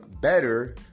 better